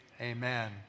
Amen